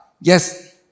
Yes